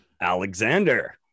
Alexander